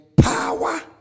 power